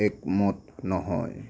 একমত নহয়